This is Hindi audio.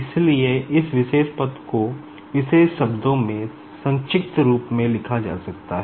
इसलिए इस विशेष पद को विशेष शब्दों में संक्षिप्त रूप में लिखा जा सकता है